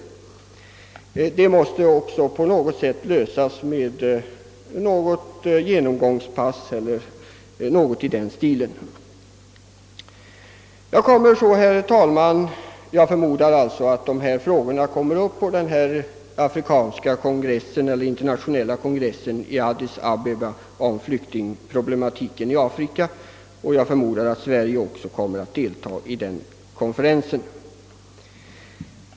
Även detta problem måste lösas, t.ex. genom införandet av något slags genomgångspass. Jag förmodar att dessa frågor kommer att tas upp i den internationella kongressen i Addis Abeba om flyktingproblemen i Afrika, och jag förmodar också att även Sverige kommer att delta i den konferensen.